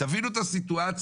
תבינו את הסיטואציה.